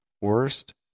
worst